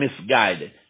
misguided